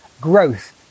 growth